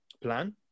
plan